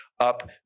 up